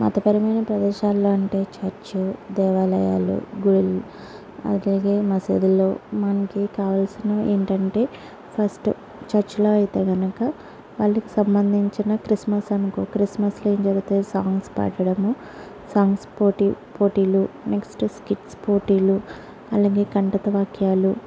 మతపరమైన ప్రదేశాలు అంటే చర్చు దేవాలయాలు గుడులు అలాగే మసీదుల్లో మనకి కావాల్సినవి ఏంటంటే ఫస్టు చర్చ్లో అయితే గనుక వాళ్ళకి సంబంధించిన క్రిస్మస్ అనుకో క్రిస్మస్లో ఏం జరుగుతుంది సాంగ్స్ పాడటము సాంగ్స్ పోటీ పోటీలు నెక్స్టు స్కిట్స్ పోటీలు అలాగే కంఠత వాక్యాలు